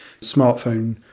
smartphone